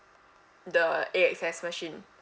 the A_X_S machine